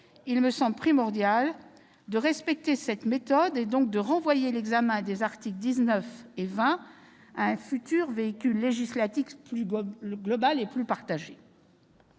Il me semble primordial de respecter cette méthode, et donc de renvoyer l'examen des articles 19 et 20 à un futur véhicule législatif plus global et mieux partagé.